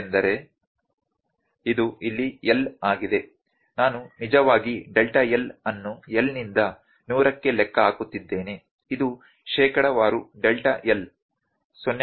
ನಾನು ನಿಜವಾಗಿ delta L ಅನ್ನು L ನಿಂದ 100 ಕ್ಕೆ ಲೆಕ್ಕ ಹಾಕುತ್ತಿದ್ದೇನೆ ಇದು ಶೇಕಡಾವಾರು ಡೆಲ್ಟಾ L 0